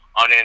on